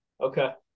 Okay